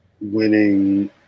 winning